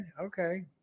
Okay